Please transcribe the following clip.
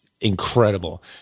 Incredible